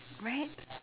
right